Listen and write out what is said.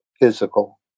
physical